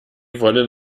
wollen